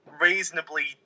reasonably